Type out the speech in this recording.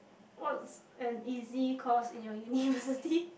what's an easy course in you university